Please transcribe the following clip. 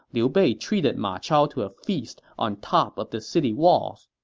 liu bei treated ma chao to a feast on top of the city walls.